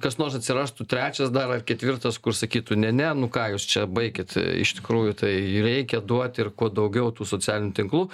kas nors atsirastų trečias dar ar ketvirtas kur sakytų ne ne nu ką jūs čia baikit iš tikrųjų tai reikia duot ir kuo daugiau tų socialinių tinklų